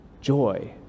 joy